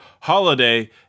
HOLIDAY